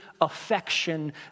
affection